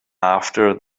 after